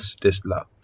Tesla